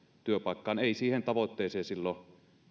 työpaikkaa ei siihen tavoitteeseen silloin